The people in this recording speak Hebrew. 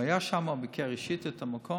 הוא היה שם, הוא ביקר אישית את המקום.